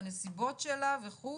הנסיבות שלה וכו',